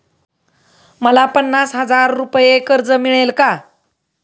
मला पन्नास हजार रुपये कर्ज मिळेल का?